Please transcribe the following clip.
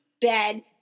bed